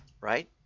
right